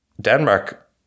Denmark